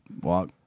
Walk